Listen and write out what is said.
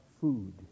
food